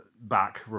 back